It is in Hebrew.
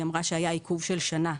היא אמרה שהיה עיכוב של שנה,